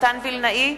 מתן וילנאי,